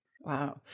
Wow